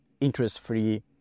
interest-free